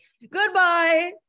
goodbye